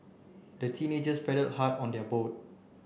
the teenagers paddled hard on their boat